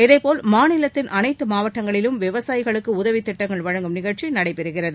இதேபோல் மாநிலத்தின் அனைத்து மாவட்டங்களிலும் விவசாயிகளுக்கு உதவி திட்டங்கள் வழங்கும் நிகழ்ச்சி நடைபெறுகிறது